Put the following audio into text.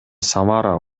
самара